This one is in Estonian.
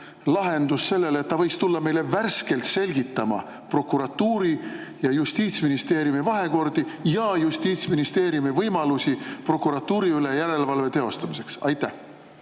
lahendus sellele, et ta võiks tulla meile selgitama prokuratuuri ja Justiitsministeeriumi vahekorda ning Justiitsministeeriumi võimalusi prokuratuuri üle järelevalve teostamiseks? Aitäh!